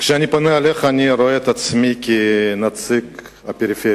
כשאני פונה אליך אני רואה את עצמי כנציג הפריפריה.